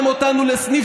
איזה ליצן,